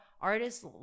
artists